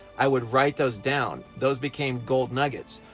i would write those down. those became gold nuggets,